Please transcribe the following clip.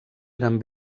eren